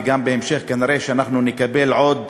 ובהמשך אנחנו גם נראה שנקבל עוד